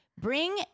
Bring